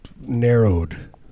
Narrowed